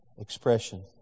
expression